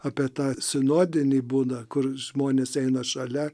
apie tą sinodinį būdą kur žmonės eina šalia